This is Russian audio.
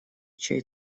чей